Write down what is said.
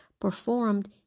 performed